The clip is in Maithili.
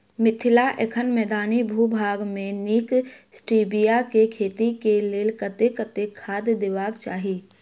मिथिला एखन मैदानी भूभाग मे नीक स्टीबिया केँ खेती केँ लेल कतेक कतेक खाद देबाक चाहि?